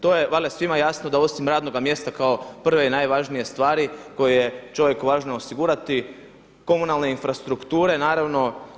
To je valjda svima jasno da osim radnoga mjesta kao prve i najvažnije stvari koje je čovjeku važno osigurati komunalne infrastrukture naravno.